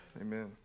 Amen